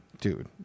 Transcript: dude